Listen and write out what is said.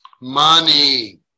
Money